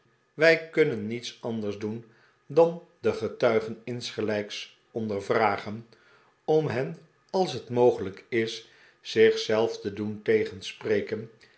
wij kunnen niets anders doen dan de getuigen insgelijks ondervragen om hen als het mogelijk is zich zelf te doen